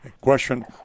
question